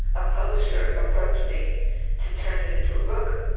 a publisher approached me to turn it into a book,